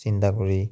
চিন্তা কৰি